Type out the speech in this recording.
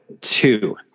two